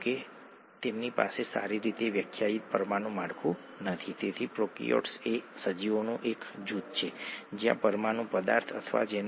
તેથી આ આપણી બેઝ સ્ટોરીઝમાંની એક છે જેની સાથે આપણે શરૂઆત કરી હતી તેથી ચાલો આપણે ત્યાં સમાપ્ત કરીએ